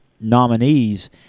nominees